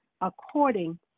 according